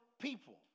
people